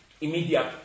immediate